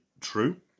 true